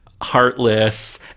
heartless